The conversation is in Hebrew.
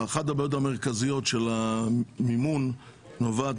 אחת הבעיות המרכזיות של המימון נובעת